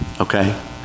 Okay